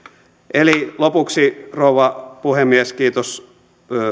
lopuksi rouva puhemies kiitos